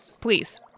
Please